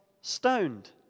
stoned